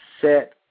set